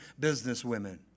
businesswomen